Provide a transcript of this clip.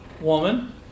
woman